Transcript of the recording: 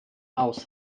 aus